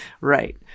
Right